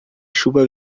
chuva